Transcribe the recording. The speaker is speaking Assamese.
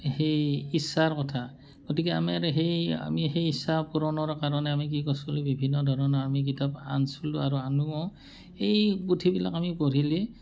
সেই ইচ্ছাৰ কথা গতিকে আমি আৰ সেই আমি সেই ইচ্ছা পূৰণৰ কাৰণে আমি কি কৰিছিলোঁ বিভিন্ন ধৰণৰ আমি কিতাপ আনিছিলোঁ আৰু আনোও এই পুথিবিলাক আমি পঢ়িলে